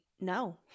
No